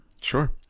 Sure